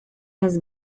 has